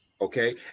Okay